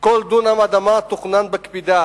כל דונם אדמה תוכנן בקפידה